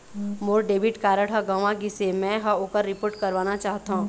मोर debit card ह गंवा गिसे, मै ह ओकर रिपोर्ट करवाना चाहथों